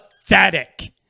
pathetic